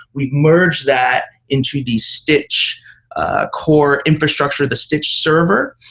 we've merged that into the stitch core infrastructure, the stitch server.